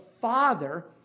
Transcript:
Father